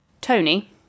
Tony